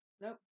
Nope